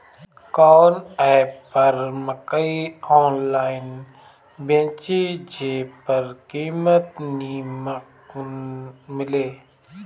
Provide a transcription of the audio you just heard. कवन एप पर मकई आनलाइन बेची जे पर कीमत नीमन मिले?